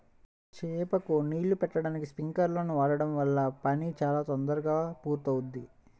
చేలకు నీళ్ళు బెట్టడానికి స్పింకర్లను వాడడం వల్ల పని చాలా తొందరగా పూర్తవుద్ది